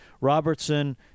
Robertson